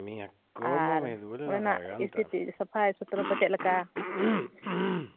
ᱟᱨ ᱚᱸᱰᱮᱱᱟᱜ ᱥᱛᱷᱤᱛᱤ ᱥᱟᱯᱷᱟᱭ ᱥᱩᱛᱨᱚ ᱠᱚ ᱪᱮᱫ ᱞᱮᱠᱟ